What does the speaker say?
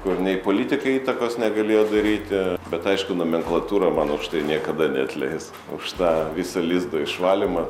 kur nei politikai įtakos negalėjo daryti bet aišku nomenklatūra man už tai niekada neatleis už tą visą lizdo išvalymą